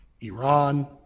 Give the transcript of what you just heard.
Iran